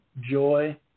joy